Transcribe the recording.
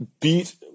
beat